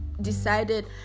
decided